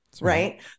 right